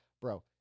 Bro